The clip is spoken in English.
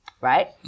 right